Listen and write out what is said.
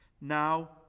Now